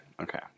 okay